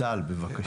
צה"ל, בבקשה.